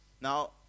Now